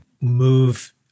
move